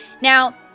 Now